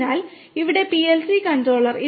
അതിനാൽ ഇതാണ് PLC controller